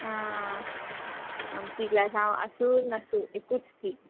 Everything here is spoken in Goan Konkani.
आं आमची ग्लास हांव आसू नासू एकूच ती